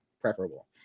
preferable